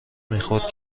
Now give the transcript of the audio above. میخورد